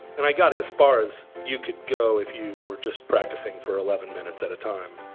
and i got as far as you could go if you were just practicing for eleven minutes at a time.